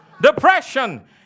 Depression